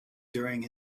during